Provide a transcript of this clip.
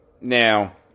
Now